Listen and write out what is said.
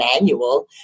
manual